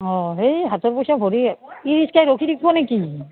অঁ সেই হাতৰ পইচা ভৰি ই ৰিক্সা ৰখি থাকব নেকি